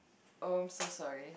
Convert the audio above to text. oh so sorry